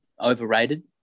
overrated